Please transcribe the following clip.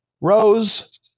Rose